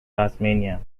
tasmania